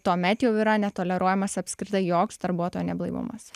tuomet jau yra netoleruojamas apskritai joks darbuotojo neblaivumas